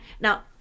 now